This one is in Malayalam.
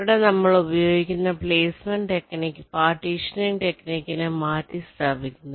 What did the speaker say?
ഇവിടെ നമ്മൾ ഉപയോഗിക്കുന്ന പ്ലേസ്മെന്റ് ടെക്നിക് പാർട്ടീഷനിങ് ടെക്നികിനെ മാറ്റി സ്ഥാപിക്കുന്നു